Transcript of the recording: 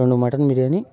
రెండు మటన్ బిర్యానీ